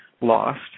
lost